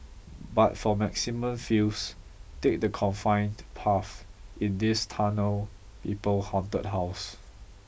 but for maximum feels take the confined path in this Tunnel People haunted house